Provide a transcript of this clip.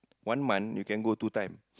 one month you can go two times